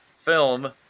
film